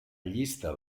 llista